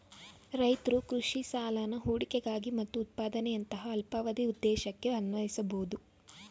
ರೈತ್ರು ಕೃಷಿ ಸಾಲನ ಹೂಡಿಕೆಗಾಗಿ ಮತ್ತು ಉತ್ಪಾದನೆಯಂತಹ ಅಲ್ಪಾವಧಿ ಉದ್ದೇಶಕ್ಕೆ ಅನ್ವಯಿಸ್ಬೋದು